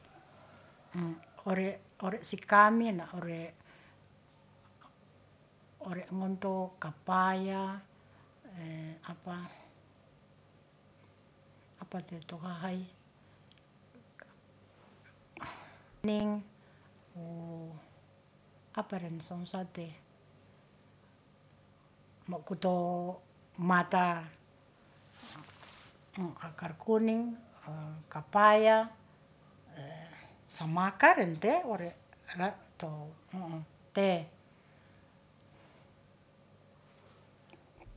Ore si kami na ore, ore ongonto kapaya apa, apa teto hahai wu apa ren song sate mokoto mata mu kakar kuning kapaya, sama karen te ore, ra to